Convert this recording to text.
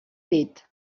dit